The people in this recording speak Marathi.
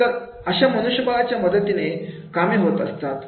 तर अशा मनुष्यबळाच्या मदतीने कामे होत असतात